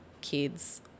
kids